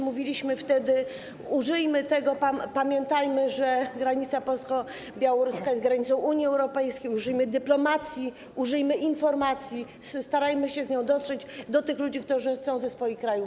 Mówiliśmy wtedy: użyjmy tego, pamiętajmy, że granica polsko-białoruska jest granicą Unii Europejskiej, użyjmy dyplomacji, użyjmy informacji, starajmy się z nią dotrzeć do tych ludzi, którzy chcą wyjechać ze swoich krajów.